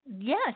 Yes